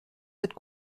cette